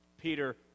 Peter